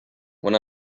when